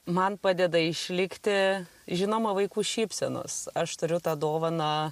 man padeda išlikti žinoma vaikų šypsenos aš turiu tą dovaną